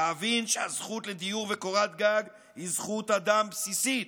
להבין שהזכות לדיור וקורת גג היא זכות אדם בסיסית.